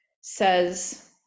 says